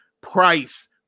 price